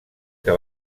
que